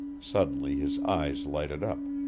suddenly his eyes lighted up.